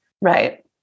Right